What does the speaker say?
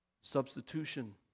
Substitution